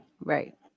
Right